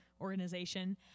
organization